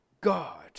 God